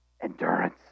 endurance